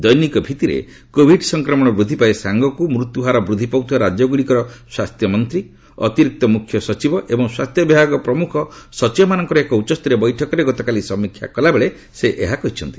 ଦୈନିକ ଭିତ୍ତିରେ କୋଭିଡ ସଂକ୍ରମଣ ବୃଦ୍ଧି ପାଇବା ସାଙ୍ଗକୁ ମୃତ୍ୟୁ ହାର ବୃଦ୍ଧି ପାଉଥିବା ରାଜ୍ୟଗୁଡିକର ସ୍ୱାସ୍ଥ୍ୟମନ୍ତ୍ରୀ ଅତିରିକ୍ତ ମୁଖ୍ୟ ସଚିବ ଏବଂ ସ୍ୱାସ୍ଥ୍ୟବିଭାଗ ପ୍ରମୁଖ ସଚିବମାନଙ୍କର ଏକ ଉଚ୍ଚସ୍ତରୀୟ ବୈଠକରେ ଗତକାଲି ସମୀକ୍ଷା କଲାବେଳେ ସେ ଏହା କହିଛନ୍ତି